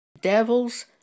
Devils